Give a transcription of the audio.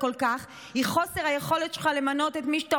כך היא חוסר היכולת שלך למנות את מי שאתה רוצה.